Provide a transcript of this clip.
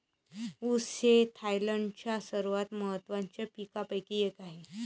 ऊस हे थायलंडच्या सर्वात महत्त्वाच्या पिकांपैकी एक आहे